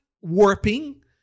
warping